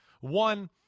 One